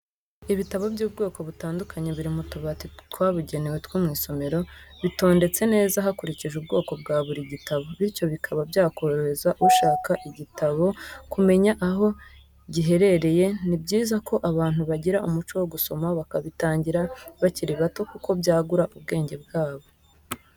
Ibitabo by'ubwoko butandukanye biri mu tubati twabugenewe two mu isomero, bitondetse neza hakurikijwe ubwoko bwa buri gitabo, bityo bikaba byakorohereza ushaka igitabo kumenya aho giherereye, ni byiza ko abantu bagira umuco wo gusoma bakabitangira bakiri bato kuko byagura ubwenge bwabo.